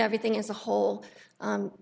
everything as a whole